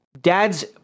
dads